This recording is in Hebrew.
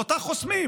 ואותה חוסמים